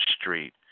street